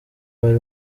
bari